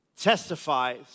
testifies